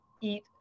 eat